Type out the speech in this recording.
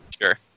Sure